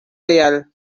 real